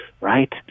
Right